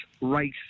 race